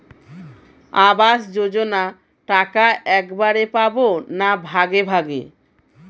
আবাস যোজনা টাকা একবারে পাব না ভাগে ভাগে?